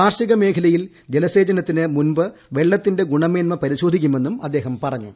കാർഷിക മേഖലയിൽ ജലസേചനത്തിന് മുമ്പ് വെള്ളത്തിന്റെ ഗുണമേന്മ പരിശോധിക്കുമെന്നും അദ്ദേഹം പറഞ്ഞു